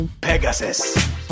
Pegasus